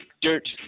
dirt